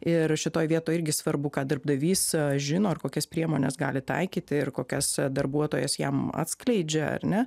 ir šitoj vietoj irgi svarbu ką darbdavys žino ar kokias priemones gali taikyti ir kokias darbuotojas jam atskleidžia ar ne